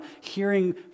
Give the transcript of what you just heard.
hearing